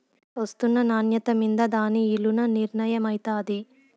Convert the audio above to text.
ఒస్తున్న నాన్యత మింద దాని ఇలున నిర్మయమైతాది